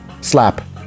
slap